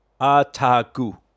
Ataku